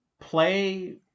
play